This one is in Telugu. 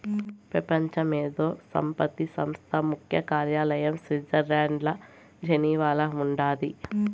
పెపంచ మేధో సంపత్తి సంస్థ ముఖ్య కార్యాలయం స్విట్జర్లండ్ల జెనీవాల ఉండాది